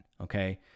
Okay